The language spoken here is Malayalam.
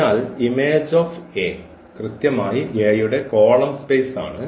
അതിനാൽ കൃത്യമായി A യുടെ കോളം സ്പേസ് ആണ്